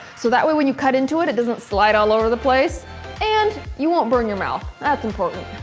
so that way when you cut into it, it doesn't slide all over the place and you won't burn your mouth. that's important.